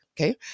okay